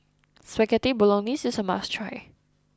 Spaghetti Bolognese is a must try